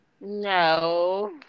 No